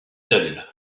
seuls